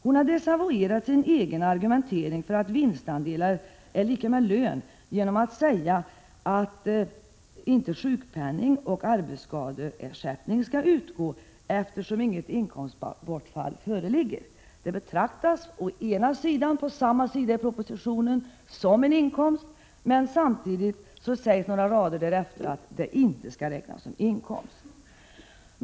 Hon har desavouerat sin egen argumentering för att vinstandelar är lika med lön genom att säga att sjukpenning och arbetsskadeersättning inte skall utgå, eftersom inget inkomstbortfall föreligger. Vinstandelarna betraktas å ena sidan som inkomst, å andra sidan sägs samtidigt att de inte skall räknas som inkomst.